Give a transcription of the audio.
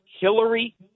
Hillary